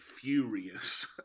furious